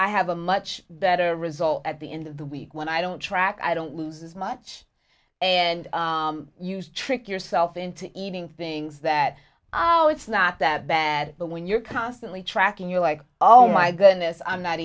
i have a much better result at the end of the week when i don't track i don't lose as much and used trick yourself into eating things that i know it's not that bad but when you're constantly tracking your like all my goodness i'm not